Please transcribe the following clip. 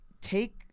take